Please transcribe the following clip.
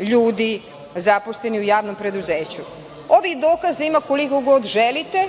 ljudi, zaposleni u JP.Ovih dokaza ima koliko god želite,